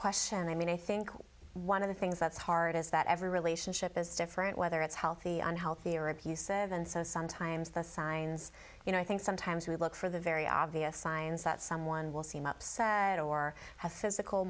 question i mean i think one of the things that's hard is that every relationship is different whether it's healthy unhealthy or abusive and so sometimes the signs you know i think sometimes we look for the very obvious signs that someone will seem upset or have physical